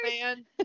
man